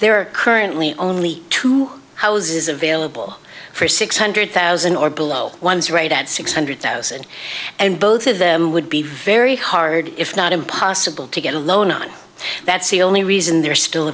are currently only two houses available for six hundred thousand or below one's rate at six hundred thousand and both of them would be very hard if not impossible to get a loan on that's the only reason they're still